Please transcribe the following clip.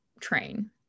train